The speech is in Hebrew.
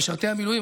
משרתי המילואים,